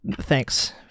thanks